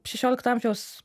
šešiolikto amžiaus